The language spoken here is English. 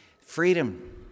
freedom